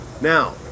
now